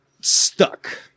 stuck